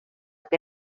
que